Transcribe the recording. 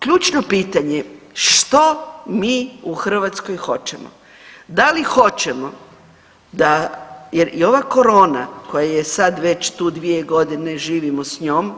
Ključno pitanje, što mi u Hrvatskoj hoćemo, da li hoćemo da, jer i ova korona koja je sad već tu 2.g. i živimo s njom